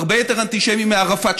הרבה יותר אנטישמי מערפאת,